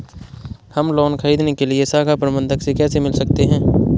हम लोन ख़रीदने के लिए शाखा प्रबंधक से कैसे मिल सकते हैं?